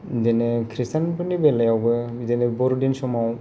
बिदिनो खृष्टियानफोरनि बेलायावबो बिदिनो बर'दिन समाव